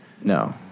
No